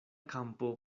kampo